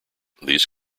these